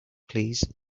please